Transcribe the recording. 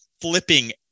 flipping